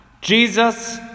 Jesus